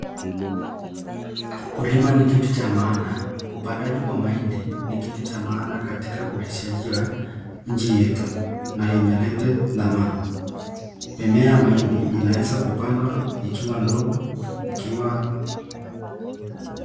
Ukulima ni kitu cha maana. Upandaji wa mahindi ni kitu cha maana katika ulishaji ya nchi yetu na imeleta dhamana. Mimea ya mahindi imeweza kupandwa ikiwa ndogo, ikiwa